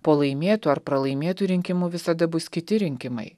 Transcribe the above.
po laimėtų ar pralaimėtų rinkimų visada bus kiti rinkimai